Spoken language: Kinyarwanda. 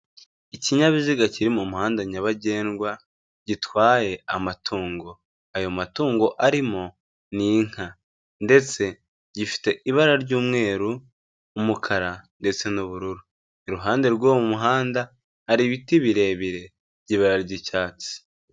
Ikinyabiziga kiri mu muhanda nyabagendwa gitwaye amatongo. Ayo matungo arimo ni inka, ndetse gifite ibara ry'umweru, umukara, ndetse n'ubururu. Iruhande rw'uwo muhanda, hari ibiti birebire by'ibara ry'icyatsi.